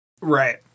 Right